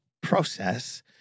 process